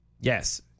Yes